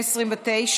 129,